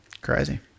Crazy